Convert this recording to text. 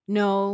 no